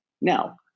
Now